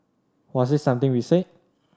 was it something we said